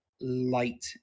light